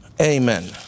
Amen